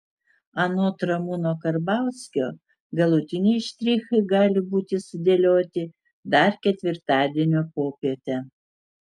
anot ramūno karbauskio galutiniai štrichai gali būti sudėlioti dar ketvirtadienio popietę